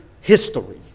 history